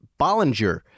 Bollinger